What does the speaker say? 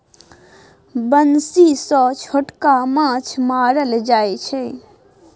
बंसी सँ छोटका माछ मारल जाइ छै